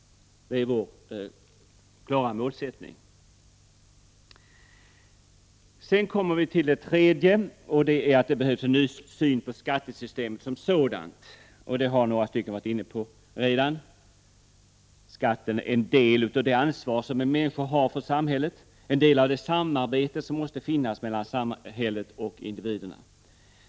Det är vår klara målsättning. Sedan kommer vi till det tredje och det är att det behövs en ny syn på skattesystemet som sådant. Detta har några stycken här varit inne på redan. Skatten är en del av det ansvar som en människa har för samhället, en del av det samarbete som måste finnas mellan samhället och individerna.